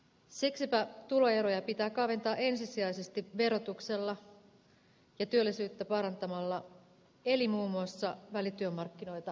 siksipä tuloeroja pitää kaventaa ensisijaisesti verotuksella ja työllisyyttä parantamalla eli muun muassa välityömarkkinoita kehittämällä